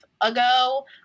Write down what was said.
ago